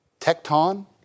tecton